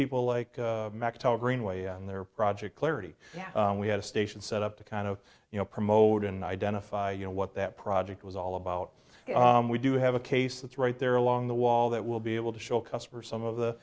people like greenway on their project clarity we had a station set up to kind of you know promote and identify you know what that project was all about we do have a case that's right there along the wall that will be able to show a customer some of the